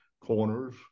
corners